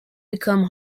become